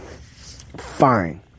fine